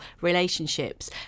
relationships